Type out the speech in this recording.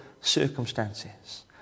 circumstances